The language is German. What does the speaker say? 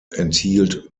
enthielt